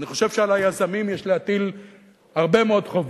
אני חושב שעל היזמים יש להטיל הרבה מאוד חובות,